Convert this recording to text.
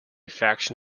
faction